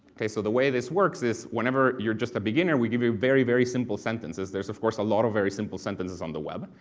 so the way this works is whenever you're just a beginner we give you very very simple sentences, there's of course a lot of very simple sentences on the web.